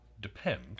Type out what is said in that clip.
depend